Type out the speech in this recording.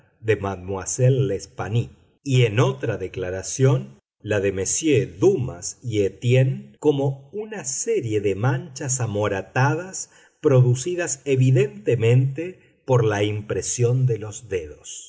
de mademoiselle l'espanaye y en otra declaración la de messieurs dumas y étienne como una serie de manchas amoratadas producidas evidentemente por la impresión de los dedos